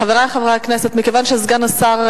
חברי חברי הכנסת, מכיוון שסגן השר,